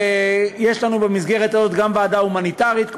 יש לנו במסגרת הזאת גם ועדה הומניטרית,